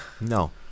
No